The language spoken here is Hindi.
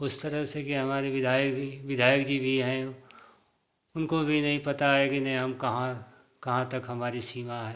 उस तरह से कि हमारे विधायक वी विधायक जी भी हैं उनको भी नहीं पता है कि नहीं हम कहाँ कहाँ तक हमारी सीमा है